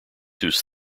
whose